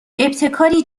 ابتکاری